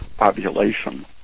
ovulation